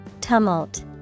Tumult